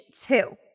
two